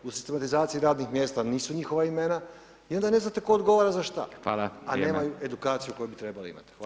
U sistematizaciji radnim mjesta nisu njihova imena i onda ne znate tko odgovara za što, a nemaju edukaciju koju bi trebali imati.